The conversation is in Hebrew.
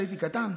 כשהייתי קטן,